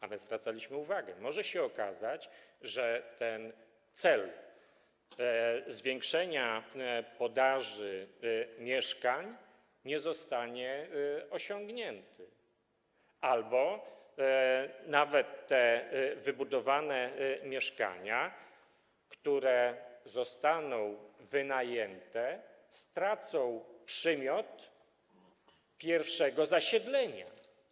A my zwracaliśmy uwagę: Może się okazać, że ten cel zwiększenia podaży mieszkań nie zostanie osiągnięty albo nawet te wybudowane mieszkania, które zostaną wynajęte, stracą przymiot pierwszego zasiedlenia.